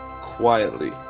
quietly